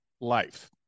life